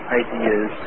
ideas